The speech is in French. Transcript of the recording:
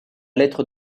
lettre